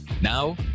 Now